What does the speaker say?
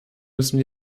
müssen